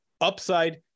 upside